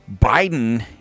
Biden